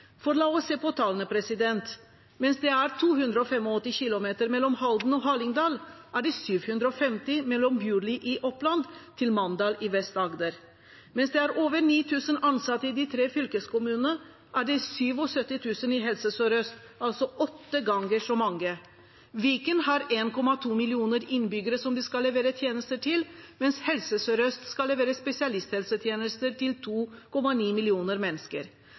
For la oss se på tallene. Mens det er 285 km mellom Halden og Hallingdal, er det 750 km mellom Bjorli i Oppland og Mandal i Vest-Agder. Mens det er over 9 000 ansatte i de tre fylkeskommunene, er det 77 000 i Helse Sør-Øst, altså åtte ganger så mange. Viken har 1,2 millioner innbyggere som de skal levere tjenester til, mens Helse Sør-Øst skal levere spesialisthelsetjenester til 2,9 millioner mennesker.